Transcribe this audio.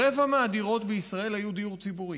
רבע מהדירות בישראל היו של דיור ציבורי,